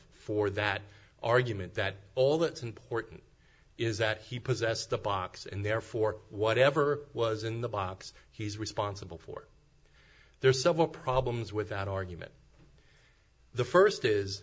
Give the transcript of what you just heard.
for that argument that all that's important is that he possessed the box and therefore whatever was in the box he's responsible for there are several problems with that argument the first is